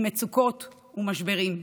עם מצוקות ומשברים,